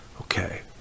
Okay